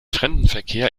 fremdenverkehr